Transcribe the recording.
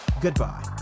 Goodbye